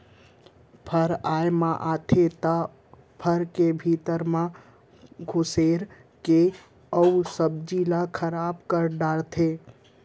फर आए म आथे त फर के भीतरी म खुसर के ओ सब्जी ल खराब कर डारथे